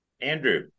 Andrew